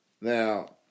Now